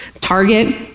Target